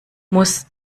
muss